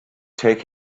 take